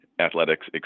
athletics